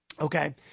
Okay